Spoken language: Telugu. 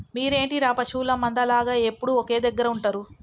మీరేంటిర పశువుల మంద లాగ ఎప్పుడు ఒకే దెగ్గర ఉంటరు